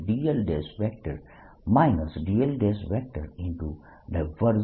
dl dl